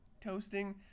Toasting